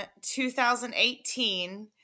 2018